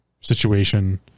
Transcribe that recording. situation